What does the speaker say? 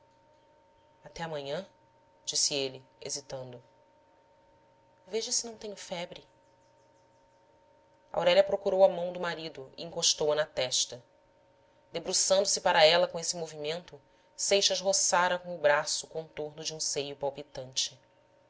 até amanhã disse ele hesitando veja se não tenho febre aurélia procurou a mão do marido e encostou a na testa debruçando-se para ela com esse movimento seixas roçara com o braço o contorno de um seio palpitante